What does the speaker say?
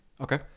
Okay